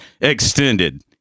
extended